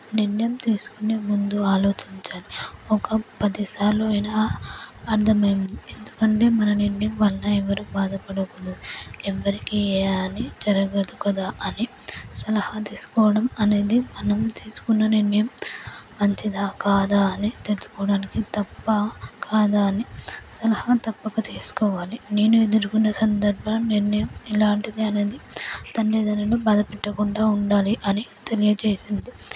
నిర్ణయం తీసుకునే ముందు ఆలోచించాలి ఒక పది సార్లు అయినా అర్థమయ్యేది ఎందుకంటే మన నిర్ణయం వల్ల ఎవరు బాధపడకూడదు ఎవరికీ ఏ హాని జరగదు కదా అని సలహా తీసుకోవడం అనేది మనం తీసుకున్న నిర్ణయం మంచిదా కాదా అని తెలుసుకోవడానికి తప్ప కాదా అని సలహా తప్పక తీసుకోవాలి నేను ఎదుర్కొనే సందర్భం నిర్ణయం ఎలాంటిది అనేది తల్లితండ్రులను బాధ పెట్టకుండా ఉండాలి అని తెలియజేసింది